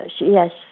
yes